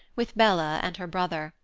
with bella and her brother.